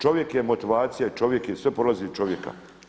Čovjek je motivacija i čovjek je, sve polazi iz čovjeka.